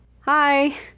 Hi